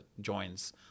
joins